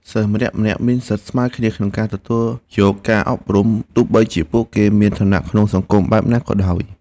សិស្សម្នាក់ៗមានសិទ្ធិស្មើគ្នាក្នុងការទទួលយកការអប់រំទោះបីជាពួកគេមានឋានៈក្នុងសង្គមបែបណាក៏ដោយ។